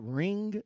ring